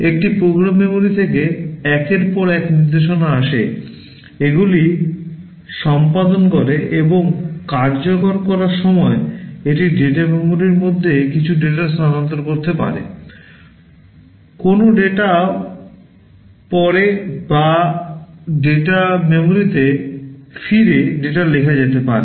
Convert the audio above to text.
এটি program memory থেকে একের পর এক নির্দেশনা আনে এগুলি সম্পাদন করে এবং কার্যকর করার সময় এটি ডেটা memory এর মধ্যে কিছু ডেটা স্থানান্তর করতে পারে কোনও ডেটা পড়ে বা ডেটা memoryতে ফিরে ডেটা লেখা যেতে পারে